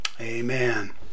Amen